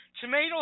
tomato